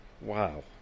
Wow